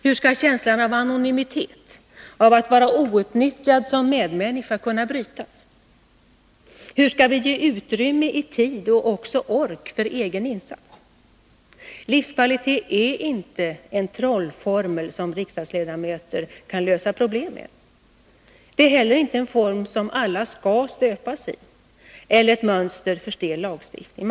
Hur skall känslan av anonymitet, av att vara outnyttjad som medmänniska kunna brytas? Hur skall vi ge utrymme i tid och också ork för egen insats? Livskvalitet är inte en trollformel som riksdagsledamöter kan lösa problem med. Det är inte heller en form som alla skall stöpas i eller ett mönster för stel lagstiftning.